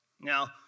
Now